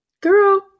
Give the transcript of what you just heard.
Girl